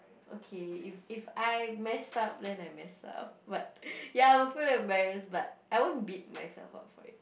okay if if I mess up then I mess up but ya I'll feel embarrassed but I won't beat myself up for it